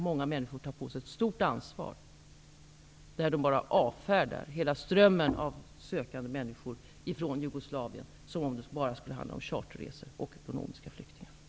Många människor tar på sig ett stort ansvar när de bara avfärdar hela strömmen av asylsökande människor från Jugoslavien med att det bara skulle röra sig om charterresor och ekonomiska flyktingar.